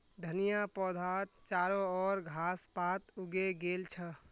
धनिया पौधात चारो ओर घास पात उगे गेल छ